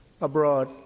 abroad